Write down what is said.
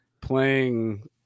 playing